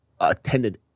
attended-